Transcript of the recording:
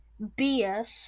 BS